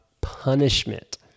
punishment